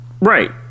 Right